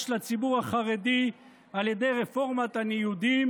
לציבור החרדי על ידי רפורמת הניודים,